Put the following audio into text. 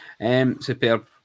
Superb